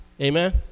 Amen